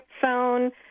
phone